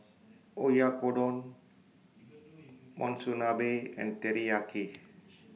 Oyakodon Monsunabe and Teriyaki